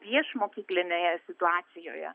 priešmokyklinėje situacijoje